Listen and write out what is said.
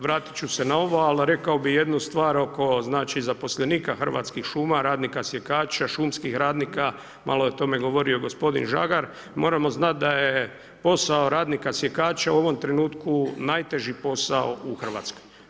Vratit ću se na ovo ali rekao bi jednu stvar oko zaposlenika Hrvatskih šuma, radnika sjekača, šumskih radnika, malo je o tome govorio i gospodin Žagar, moramo znati da je posao radnika sjekača u ovom trenutku najteži posao u RH.